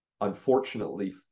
unfortunately